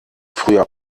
früher